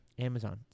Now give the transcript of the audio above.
Amazon